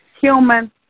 human